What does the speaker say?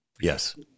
Yes